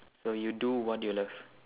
so you do what you love